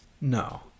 No